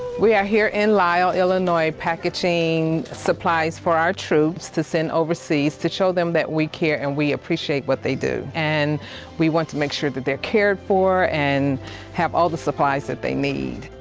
we are here in lisle illinois, packaging supplies for our troops to send overseas to show them that we care and we appreciate what they do. and we want to make sure that they're cared for and have all the supplies that they need.